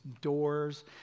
doors